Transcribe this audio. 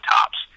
Tops